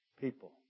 People